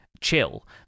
chill